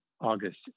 August